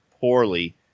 poorly